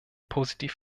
positiv